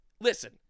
Listen